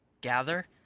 gather